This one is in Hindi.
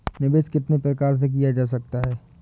निवेश कितनी प्रकार से किया जा सकता है?